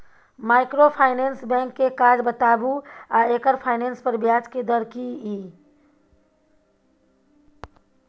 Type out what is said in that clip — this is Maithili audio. माइक्रोफाइनेंस बैंक के काज बताबू आ एकर फाइनेंस पर ब्याज के दर की इ?